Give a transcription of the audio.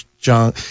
John